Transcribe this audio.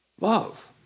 Love